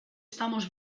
estamos